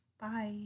Bye